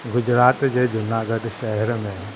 गुजरात जे जूनागढ़ जे शहर में